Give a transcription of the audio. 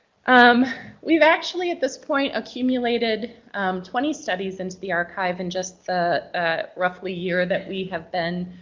um we've actually at this point accumulated twenty studies into the archive in just the ah roughly year that we have been